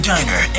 Diner